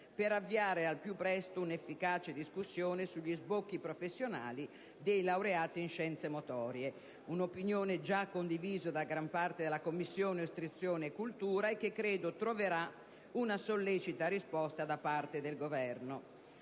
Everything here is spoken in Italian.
per avviare al più presto un'efficace discussione sugli sbocchi professionali dei laureati in scienze motorie, secondo un'opinione già condivisa da gran parte della Commissione istruzione pubblica e beni culturali, e che credo troverà una sollecita risposta da parte del Governo.